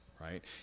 right